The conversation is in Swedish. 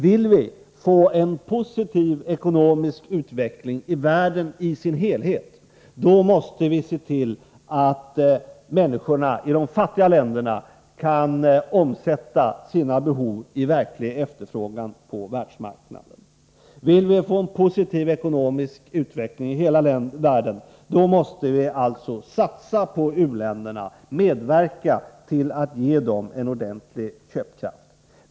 Vill vi få en positiv ekonomisk utveckling i världen i dess helhet måste vi se till att människorna i de fattiga länderna kan omsätta sina behov i verklig efterfrågan på världsmarknaden. Vill vi få en positiv ekonomisk utveckling i hela världen måste vi alltså satsa på u-länderna och medverka till att ge dem en ordentlig köpkraft.